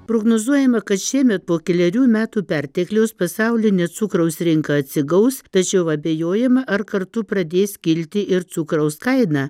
prognozuojama kad šiemet po kelerių metų pertekliaus pasaulinė cukraus rinka atsigaus tačiau abejojama ar kartu pradės kilti ir cukraus kaina